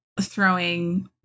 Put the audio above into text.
throwing